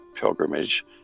pilgrimage